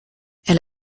elle